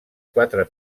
quatre